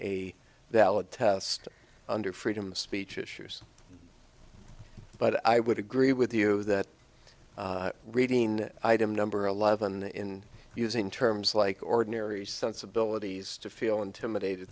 would test under freedom of speech issues but i would agree with you that reading item number eleven in using terms like ordinary sense abilities to feel intimidated